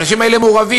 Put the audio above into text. האנשים האלה מעורבים.